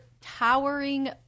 Towering